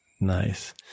Nice